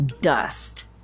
dust